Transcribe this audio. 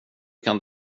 kan